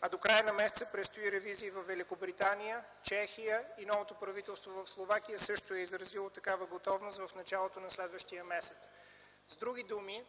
а до края на месеца предстои ревизии във Великобритания, Чехия. Новото правителство в Словакия също е изразило такава готовност в началото на следващия месец. С други думи